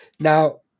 Now